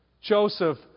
Joseph